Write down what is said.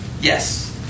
Yes